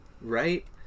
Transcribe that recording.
Right